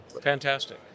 Fantastic